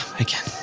i can